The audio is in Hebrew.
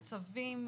הצווים,